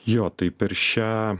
jo tai per šią